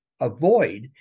avoid